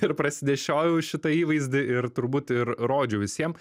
ir prasinešiojau šitą įvaizdį ir turbūt ir rodžiau visiem